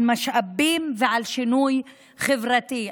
על משאבים ועל שינוי חברתי.